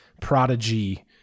prodigy